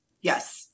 Yes